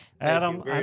Adam